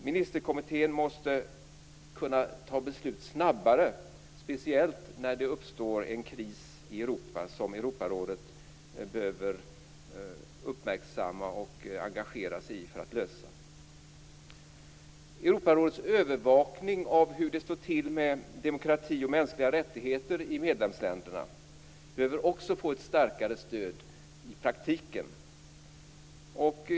Ministerkommittén måste kunna ta beslut snabbare, speciellt när det uppstår en kris i Europa som Europarådet behöver uppmärksamma och engagera sig i för att lösa. Europarådets övervakning av hur det står till med demokrati och mänskliga rättigheter i medlemsländerna behöver också få ett starkare stöd i praktiken.